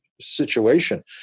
situation